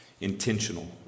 intentional